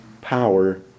power